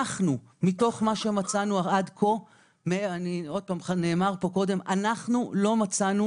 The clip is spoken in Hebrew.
מתוך מה שמצאנו עד כה, לא מצאנו